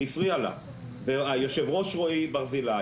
זה הפריעה לה והיושב ראש רועי ברזילאי,